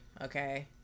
Okay